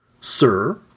Sir